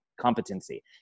competency